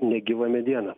negyva mediena